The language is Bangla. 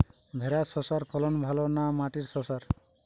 ভেরার শশার ফলন ভালো না মাটির শশার?